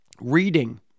reading